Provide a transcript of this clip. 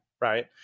Right